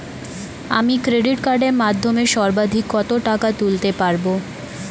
আমি ক্রেডিট কার্ডের মাধ্যমে সর্বাধিক কত টাকা তুলতে পারব?